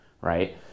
right